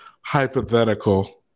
hypothetical